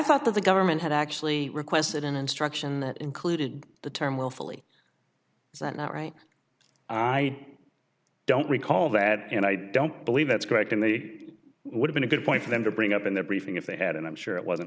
thought that the government had actually requested an instruction that included the term willfully that's not right i don't recall that and i don't believe that's correct and they would have a good point for them to bring up in the briefing if they had and i'm sure it wasn't